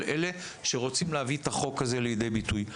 כל אלה שרוצים להביא את החוק הזה לידי ביטוי.